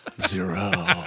Zero